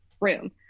room